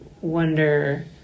wonder